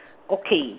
okay